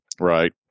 Right